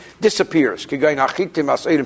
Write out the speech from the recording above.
disappears